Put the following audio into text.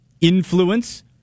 influence